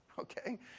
Okay